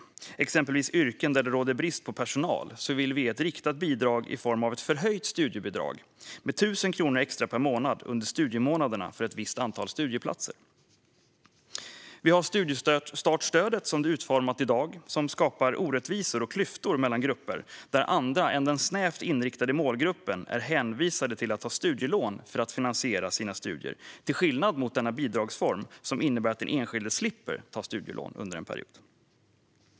Det gäller exempelvis yrken där det råder brist på personal, där vi vill ge ett riktat bidrag i form av ett förhöjt studiebidrag med 1 000 kronor extra per månad under studiemånaderna för ett visst antal studieplatser. Studiestartsstödet skapar som det är utformat i dag orättvisor och klyftor mellan grupper. De som inte tillhör den snävt inriktade målgruppen är hänvisade till att ta studielån för att finansiera sina studier till skillnad mot vad som gäller för denna bidragsform, som innebär att den enskilde slipper ta studielån under en period.